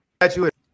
graduate